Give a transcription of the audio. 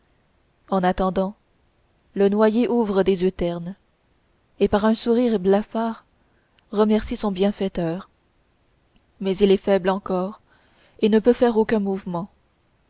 en attendant le noyé ouvre des yeux ternes et par un sourire blafard remercie son bienfaiteur mais il est faible encore et ne peut faire aucun mouvement